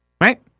right